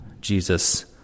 Jesus